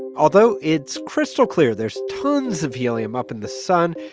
although it's crystal clear there's tons of helium up in the sun,